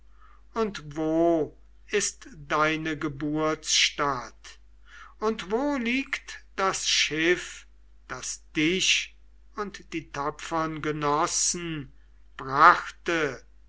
und wo ist deine geburtsstadt und wo liegt das schiff das dich und die tapfern genossen brachte